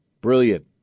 Brilliant